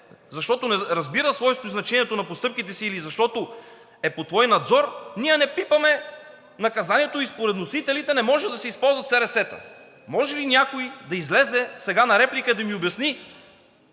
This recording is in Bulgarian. без да разбира свойството и значението на постъпките си или защото е под твой надзор, ние не пипаме наказанието и според вносителите не може да се използват специални разузнавателни средства. Може ли някой да излезе сега на реплика и да ми обясни